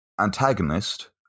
antagonist